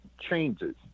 changes